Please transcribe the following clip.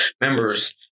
members